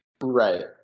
Right